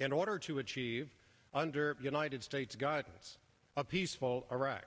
in order to achieve under united states guidance of peaceful iraq